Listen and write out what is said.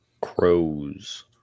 Crows